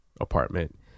apartment